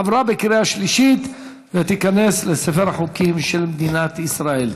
עברה בקריאה שלישית ותיכנס לספר החוקים של מדינת ישראל.